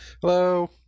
Hello